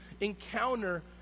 encounter